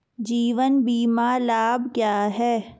जीवन बीमा लाभ क्या हैं?